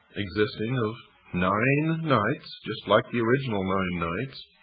existing of nine knights, just like the original nine knights,